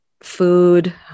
food